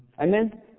Amen